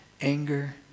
anger